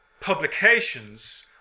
publications